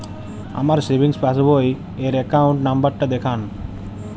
আমার savings passbook র account number টা দেখান?